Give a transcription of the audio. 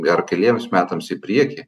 ar keliems metams į priekį